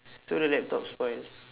so the laptop spoil